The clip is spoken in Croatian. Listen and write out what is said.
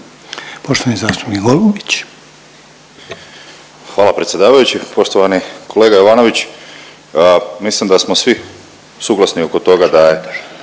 Tomislav (SDP)** Hvala predsjedavajući. Poštovani kolega Jovanović, mislim da smo svi suglasni oko toga da je